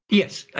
yes,